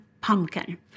pumpkin